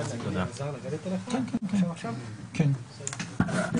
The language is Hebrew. הישיבה ננעלה בשעה 13:42.